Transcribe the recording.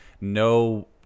no